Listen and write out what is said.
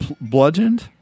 Bludgeoned